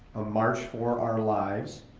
a march for our lives,